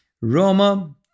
Roma